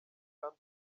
kandi